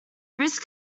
risk